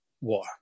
war